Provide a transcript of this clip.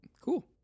cool